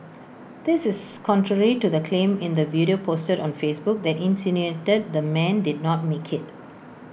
this is contrary to the claim in the video posted on Facebook that insinuated the man did not make IT